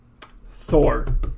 Thor